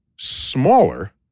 Smaller